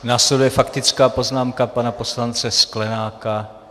Následuje faktická poznámka pana poslance Sklenáka.